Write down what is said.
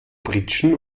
pritschen